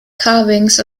carvings